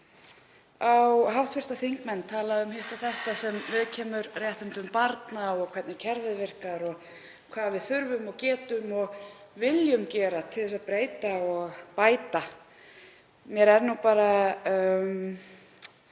á hv. þingmenn tala um hitt og þetta sem viðkemur réttindum barna og því hvernig kerfið virkar, hvað við þurfum og getum og viljum gera til að breyta og bæta. Mér var